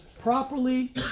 properly